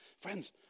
Friends